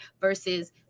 versus